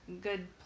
good